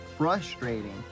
frustrating